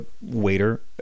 waiter